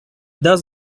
does